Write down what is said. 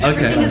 Okay